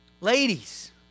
Ladies